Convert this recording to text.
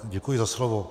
Děkuji za slovo.